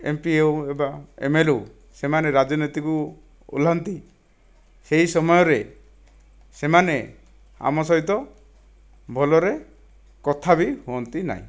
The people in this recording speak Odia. ଏମପି ହେଉ ବା ଏମଏଲଏ ହେଉ ସେମାନେ ରାଜନୀତିକୁ ଓହ୍ଲାନ୍ତି ସେହି ସମୟରେ ସେମାନେ ଆମ ସହିତ ଭଲରେ କଥା ବି ହୁଅନ୍ତି ନାହିଁ